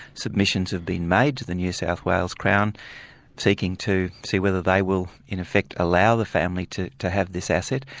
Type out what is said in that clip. submissions have been made to the new south wales crown seeking to see whether they will in effect allow the family to to have this asset,